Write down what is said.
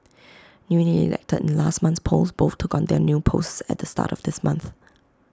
newly elected in last month's polls both took on their new posts at the start of this month